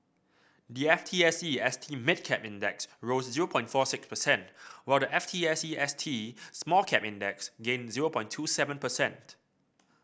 the F T S E S T Mid Cap Index rose zero point four six percent while the F T S E S T Small Cap Index gained zero point two seven percent